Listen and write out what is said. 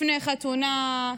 לפני חתונה,